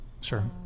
sure